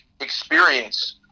experience